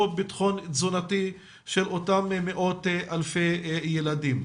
ביטחון תזונתי של אותם מאות-אלפי ילדים.